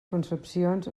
concepcions